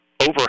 Over